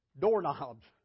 doorknobs